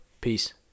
Peace